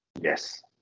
Yes